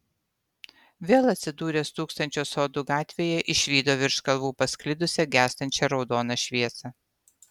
vėl atsidūręs tūkstančio sodų gatvėje išvydo virš kalvų pasklidusią gęstančią raudoną šviesą